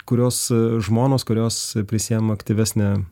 kuriuos žmonos kurios prisiima aktyvesne